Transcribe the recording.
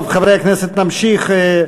חברי הכנסת, נמשיך.